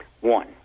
One